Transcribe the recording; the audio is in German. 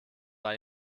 war